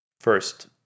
first